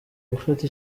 gufata